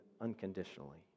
unconditionally